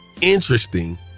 interesting